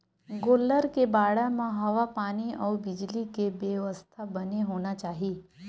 गोल्लर के बाड़ा म हवा पानी अउ बिजली के बेवस्था बने होना चाही